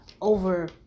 Over